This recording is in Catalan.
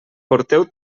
porteu